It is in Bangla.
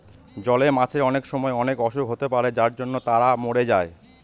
জলে মাছের অনেক সময় অনেক অসুখ হতে পারে যার জন্য তারা মরে যায়